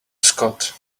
scott